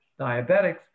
diabetics